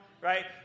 right